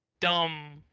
dumb